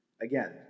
again